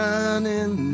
Running